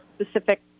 specific